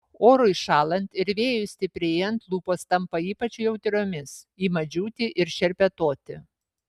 orui šąlant ir vėjui stiprėjant lūpos tampa ypač jautriomis ima džiūti ir šerpetoti